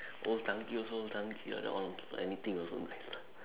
old chang-kee also old chang-kee lah that one anything also nice lah